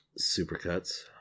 Supercuts